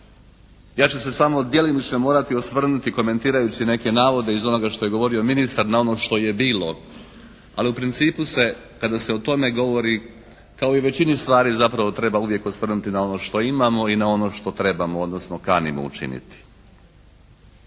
Ja ću se samo djelomično morati osvrnuti i komentirajući neke navode iz onoga što je govorio ministar na ono što je bilo. Ali u principu se kada se o tome govori kao i većini stvari zapravo treba osvrnuti na ono što imamo i na ono što trebamo, odnosno kanimo učiniti.